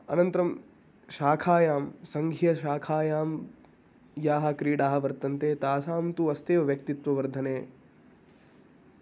अनन्तरं शाखायां सङ्घीयशाखायां याः क्रीडाः वर्तन्ते तासां तु अस्ति एव व्यक्तित्ववर्धने